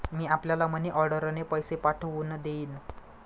मी आपल्याला मनीऑर्डरने पैसे पाठवून देईन